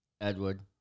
Edward